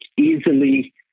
easily